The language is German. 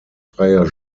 freier